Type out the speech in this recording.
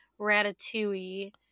Ratatouille